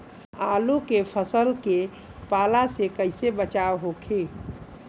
आलू के फसल के पाला से कइसे बचाव होखि?